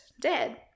dead